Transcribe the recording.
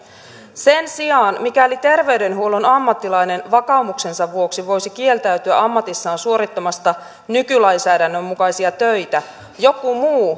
sen sijaan mikäli terveydenhuollon ammattilainen vakaumuksensa vuoksi voisi kieltäytyä ammatissaan suorittamasta nykylainsäädännön mukaisia töitä joku muu